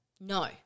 no